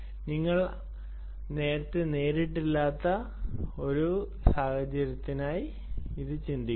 നിങ്ങൾ നേരത്തെ നേരിട്ടിട്ടില്ലാത്ത ഒരു സാഹചര്യത്തിനായി ചിന്തിക്കുന്നു